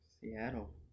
Seattle